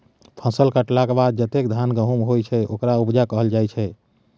फसल कटलाक बाद जतेक धान गहुम होइ छै ओकरा उपजा कहल जाइ छै